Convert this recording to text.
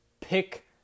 pick